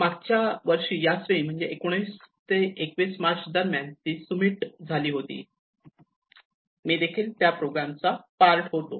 मागच्या वर्षी याच वेळी म्हणजे 19 ते 21 मार्च दरम्यान ती सुमित झाली होती मी त्या प्रोग्राम चा पार्ट होतो